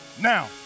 Now